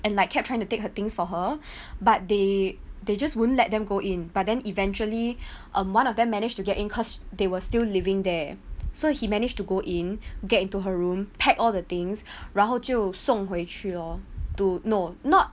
and like kept trying to take her things for her but they they just won't let them go in but then eventually um one of them manage to get in cause they were still living there so he managed to go in get into her room packed all the things 然后就送回去 lor to no not